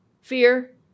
Fear